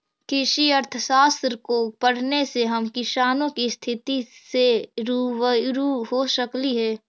कृषि अर्थशास्त्र को पढ़ने से हम किसानों की स्थिति से रूबरू हो सकली हे